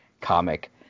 comic